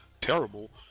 terrible